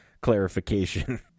clarification